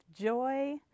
joy